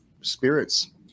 spirits